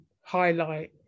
highlight